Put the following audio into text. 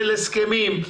של הסכמים,